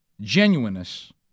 genuineness